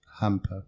Hamper